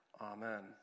amen